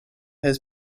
his